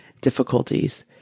difficulties